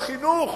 ושר החינוך